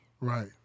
Right